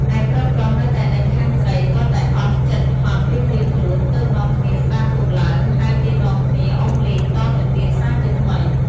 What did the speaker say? ឯប្រុសៗនៅតែដេញខាងស្រី ទាល់តែអស់ចិត្តហត់រៀងៗខ្លួន ទើបនាំគ្នាស្តារទូកឡើង ហើយគេនាំគ្នាអុំលេងតទៅទៀតសារជាថ្មី។